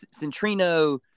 Centrino